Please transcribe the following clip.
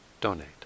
donate